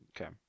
Okay